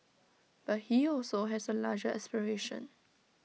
but he also has A larger aspiration